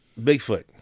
Bigfoot